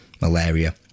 malaria